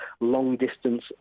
long-distance